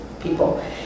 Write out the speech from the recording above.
people